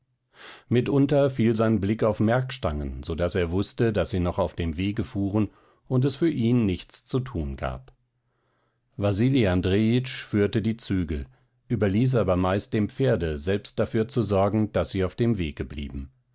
mitunter fiel sein blick auf merkstangen so daß er wußte daß sie noch auf dem wege fuhren und es für ihn nichts zu tun gab wasili andrejitsch führte die zügel überließ aber meist dem pferde selbst dafür zu sorgen daß sie auf dem wege blieben